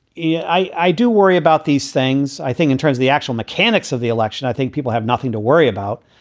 yeah i do worry about these things. i think in terms of the actual mechanics of the election, i think people have nothing to worry about.